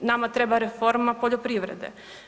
Nama treba reforma poljoprivrede.